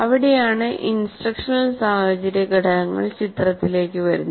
അവിടെയാണ് ഇൻസ്ട്രക്ഷണൽ സാഹചര്യ ഘടകങ്ങൾ ചിത്രത്തിലേക്ക് വരുന്നത്